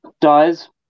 dies